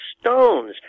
stones